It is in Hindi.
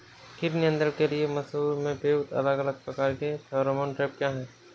कीट नियंत्रण के लिए मसूर में प्रयुक्त अलग अलग प्रकार के फेरोमोन ट्रैप क्या है?